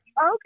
okay